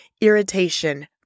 irritation